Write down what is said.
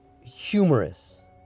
humorous